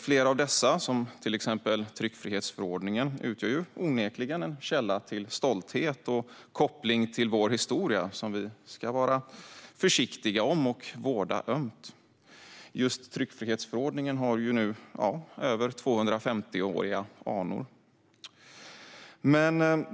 Flera av dessa grundlagar, till exempel tryckfrihetsförordningen, utgör onekligen en källa till stolthet och koppling till vår historia som vi ska vara försiktiga med och vårda ömt. Just tryckfrihetsförordningen har över 250-åriga anor.